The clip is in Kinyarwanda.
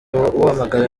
uhamagara